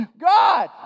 God